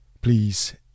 please